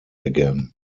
again